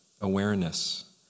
awareness